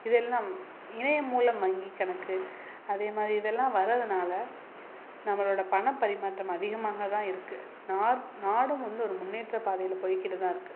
இதெல்லாம் இணையம் மூலம் வங்கிக்கணக்கு அதே மாதிரி இதெல்லாம் வரதுனால நம்மளோட பணப்பரிமாற்றம் அதிகமாக தான் இருக்கு நார்த் நாடும் வந்து ஒரு முன்னேற்றப் பாதையில போயிக்கிட்டு தான் இருக்கு